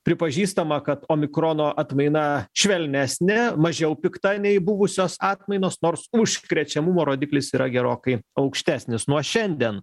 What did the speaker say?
pripažįstama kad omikrono atmaina švelnesnė mažiau pikta nei buvusios atmainos nors užkrečiamumo rodiklis yra gerokai aukštesnis nuo šiandien